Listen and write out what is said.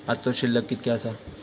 आजचो शिल्लक कीतक्या आसा?